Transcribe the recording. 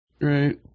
Right